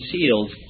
sealed